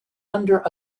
under